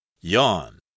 Yawn